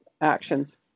actions